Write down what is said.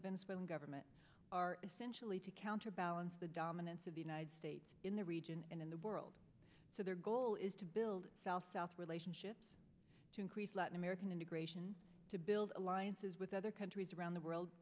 swilling government are essentially to counterbalance the dominance of the united states in the region and in the world so their goal is to build south south relationships to increase latin american integration to build alliances with other countries around the world